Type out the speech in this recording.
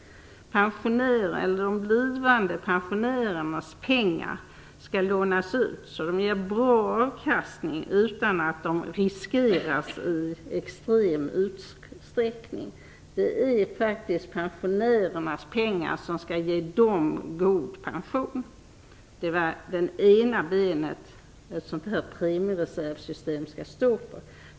Pensionärers eller blivande pensionärers pengar skall lånas ut så att de ger god avkastning, utan att de för den skull riskeras i extrem utsträckning. Det är faktiskt pensionärernas pengar som skall ge en god pension. Detta är alltså det ena benet som ett premiereservsystem skall stå på.